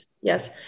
yes